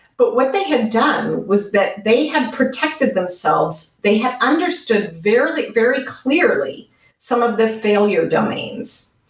but what they had done was that they had protected themselves. they had understood very very clearly some of the failure domains.